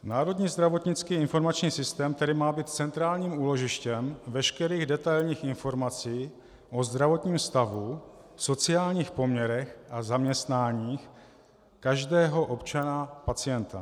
Národní zdravotnický informační systém, který má být centrálním úložištěm veškerých detailních informací o zdravotním stavu, sociálních poměrech a zaměstnáních každého občana pacienta.